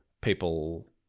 people